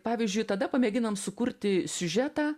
pavyzdžiui tada pamėginam sukurti siužetą